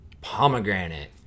pomegranate